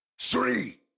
three